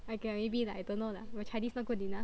I gue~ maybe lah I don't know lah my Chinese not good enough